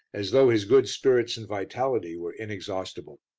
as though his good spirits and vitality were inexhaustible.